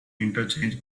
interchange